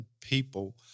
people